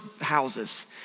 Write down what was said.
houses